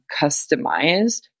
customized